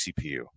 CPU